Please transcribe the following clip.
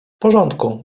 porządku